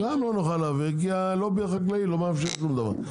גם לא נוכל להעביר כי הלובי החקלאי לא מאפשר שום דבר.